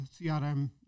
CRM